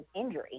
injury